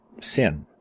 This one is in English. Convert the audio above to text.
sin